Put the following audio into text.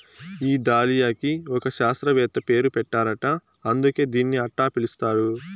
ఈ దాలియాకి ఒక శాస్త్రవేత్త పేరు పెట్టారట అందుకే దీన్ని అట్టా పిలుస్తారు